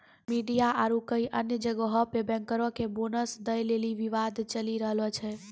media आरु कई अन्य जगहो पे बैंकरो के बोनस दै लेली विवाद चलि रहलो छै